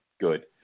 good